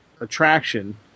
attraction